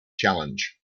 challenge